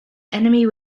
enemy